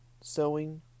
sewing